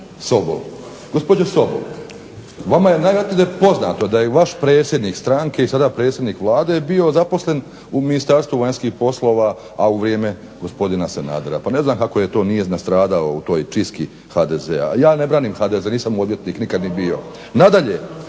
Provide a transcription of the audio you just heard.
Sobol. Gospođo Sobol, vama je najvjerojatnije poznato da je vaš predsjednik stranke i sada predsjednik Vlade je bio zaposlen u Ministarstvu vanjskih poslova, a u vrijeme gospodina Sanadera. Pa ne znam kako to nije nastradao u toj čistki HDZ-a, a ja ne branim HDZ, nisam mu odvjetnik nikad ni bio. Nadalje,